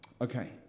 Okay